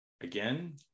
Again